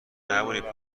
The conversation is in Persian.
نبینی